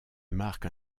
marque